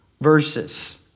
verses